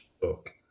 book